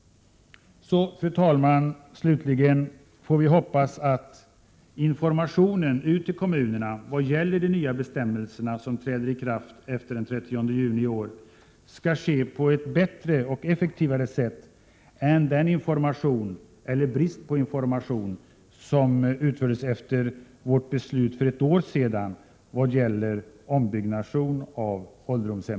Så, fru talman, får vi slutligen hoppas att informationen ut till kommunerna vad gäller de nya bestämmelserna som träder i kraft efter den 30 juni i år skall ges på ett bättre och effektivare sätt än den information — eller brist på information — som förelåg efter vårt beslut för ett år sedan vad gäller ombyggnation av ålderdomshem.